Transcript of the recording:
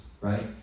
right